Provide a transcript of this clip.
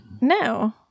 No